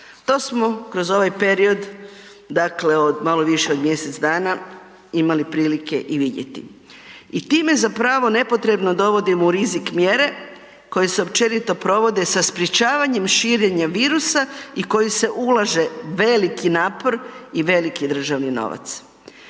To smo kroz ovaj period malo više od mjesec dana imali prilike i vidjeti. I time zapravo nepotrebno dovodimo u rizik mjere koje se općenito provode sa sprečavanjem širenja virusa i u koji se ulaže veliki napor i veliki državni novac.